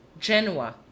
Genoa